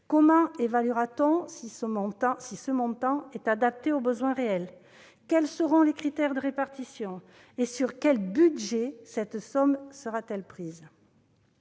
Comment appréciera-t-on si son montant est adapté aux besoins réels ? Quels seront les critères de répartition ? Et sur quel budget cette somme sera-t-elle prise ?